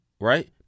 right